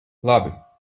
labi